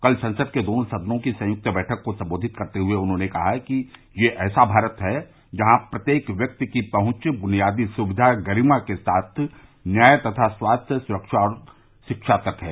कल संसद के दोनों सदनों की संयुक्त बैठक को संबोधित करते हुए उन्होंने कहा कि ये ऐसा भारत है जहां प्रत्येक व्यक्ति की पहुंच बुनियादी सुक्विा गरिमा के साथ न्याय तथा स्वास्थ्य स्रक्षा और शिक्षा तक है